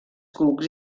cucs